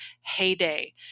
Heyday